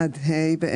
ביניכם יגיעו אלינו,